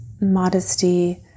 modesty